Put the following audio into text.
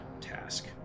task